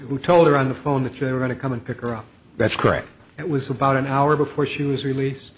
who told her on the phone that they're going to come and pick her up that's correct it was about an hour before she was released